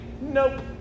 nope